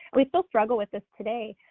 we still struggle with this today.